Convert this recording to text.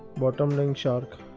bottom laying shark